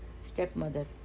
stepmother